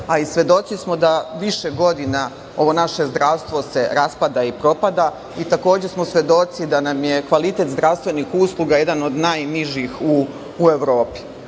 a i svedoci smo da više godina ovo naše zdravstvo se raspada i propada i takođe smo svedoci da nam je kvalitet zdravstvenih usluga jedan od najnižih u Evropi. Ono